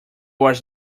was